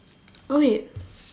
oh wait